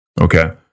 Okay